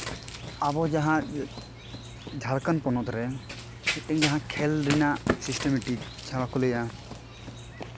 ᱟᱵᱚ ᱡᱟᱦᱟᱸ ᱡᱷᱟᱲᱠᱷᱚᱸᱰ ᱯᱚᱱᱚᱛ ᱨᱮᱱ ᱢᱤᱫᱴᱮᱱ ᱡᱟᱦᱟᱸ ᱠᱷᱮᱞ ᱨᱮᱱᱟᱜ ᱥᱤᱥᱴᱮᱢᱮᱴᱤᱠ ᱡᱟᱦᱟᱸ ᱵᱟᱠᱚ ᱞᱟᱹᱭᱟ